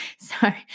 Sorry